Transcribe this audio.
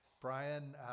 Brian